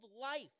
life